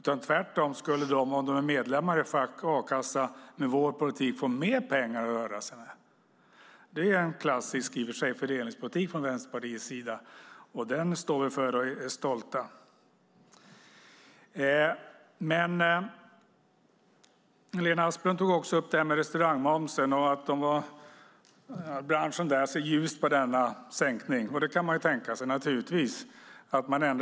Tvärtom skulle de, om de är medlemmar i fack och a-kassa, med vår politik få mer pengar att röra sig med - i och för sig klassisk fördelningspolitik från Vänsterpartiets sida; den står vi för och är stolta över. Lena Asplund tog också upp frågan om restaurangmomsen och sade att man i den branschen ser ljust på denna sänkning. Det kan man naturligtvis tänka sig.